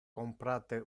comprate